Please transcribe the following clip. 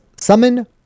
Summon